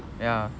ya